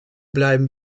bleiben